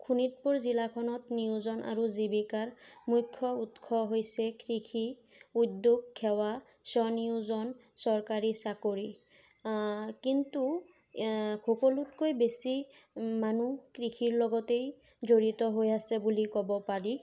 শোণিতপুৰ জিলাখনত নিয়োজন আৰু জীৱিকাৰ মূখ্য উৎস হৈছে কৃষি উদ্যোগ সেৱা স্বনিয়োজন চৰকাৰী চাকৰি কিন্তু সকলোতকৈ বেছি মানুহ কৃষিৰ লগতেই জড়িত হৈ আছে বুলি ক'ব পাৰি